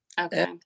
Okay